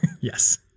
Yes